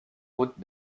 routes